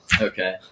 Okay